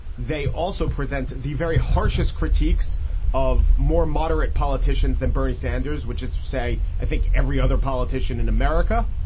they also present the very harshest critiques of more moderate politicians than bernie sanders, which is to say, i think every other politician in america.